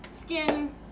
Skin